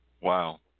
wow